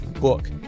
book